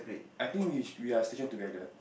I think we we are station together